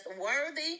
worthy